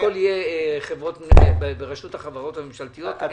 שהכול יהיה ברשות החברות הממשלתיות?